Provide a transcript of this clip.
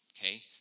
Okay